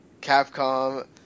Capcom